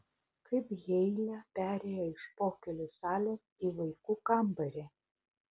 kaip heile perėjo iš pokylių salės į vaikų kambarį